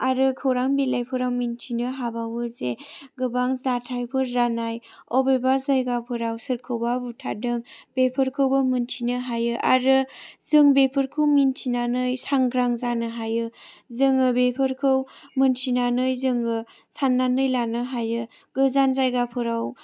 आरो खौरां बिलाइफोराव मिन्थिनो हाबावोजे गोबां जाथायफोर जानाय अबेबा जायगाफोराव सोरखौबा बुथारदों बेफोरखौबो मिन्थिनो हायो आरो जों बेफोरखौ मिन्थिनानै सांग्रां जानो हायो जोङो बेफोरखौ मिन्थिनानै जोङो साननानै लानो हायो गोजान जायगाफोराव